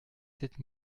sept